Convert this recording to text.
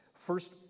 first